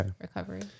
recovery